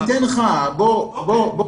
אני